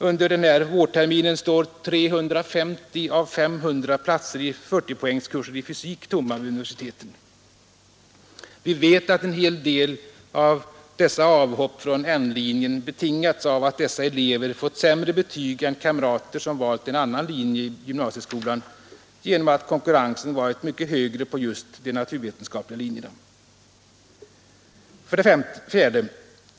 Innevarande vårtermin står hela 350 av de 500 platserna i 40-poängskurserna i fysik tomma vid universiteten. Vi vet att en hel del av dessa avhopp från N-linjen betingats av att dessa elever fått sämre betyg än kamrater som valt en annan linje i gymnasieskolan genom att konkurrensen varit mycket större på just de naturvetenskapliga linjerna. 4.